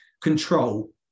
control